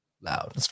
loud